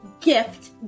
gift